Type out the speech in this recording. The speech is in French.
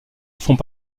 font